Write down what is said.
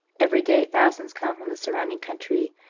every day thousands come from the surrounding country,